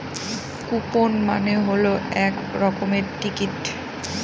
coupon মানে হল এক রকমের টিকিট